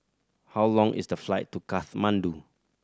how long is the flight to Kathmandu